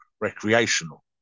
recreational